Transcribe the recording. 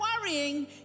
worrying